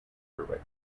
directed